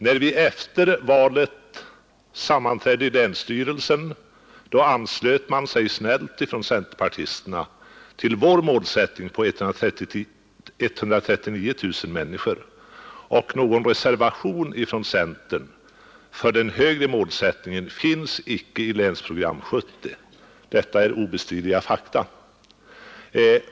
När vi efter valet sammanträdde i länsstyrelsen anslöt sig centerpartisterna snällt till vår målsättning på 139 000 invånare. Någon reservation från centern för den högre målsättningen finns icke i Länsprogram 1970. Detta är obestridliga fakta.